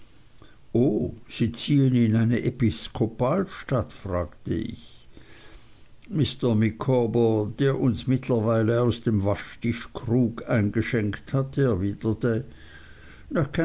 sie ziehen in eine episkopalstadt fragte ich mr micawber der uns mittlerweile aus dem waschtischkrug eingeschenkt hatte erwiderte